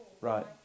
Right